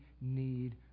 need